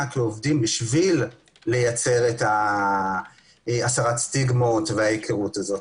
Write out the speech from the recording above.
כעובדים בשביל לייצר את הסרת הסטיגמות וההיכרות הזו.